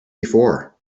before